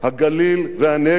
הגליל והנגב.